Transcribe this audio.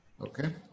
Okay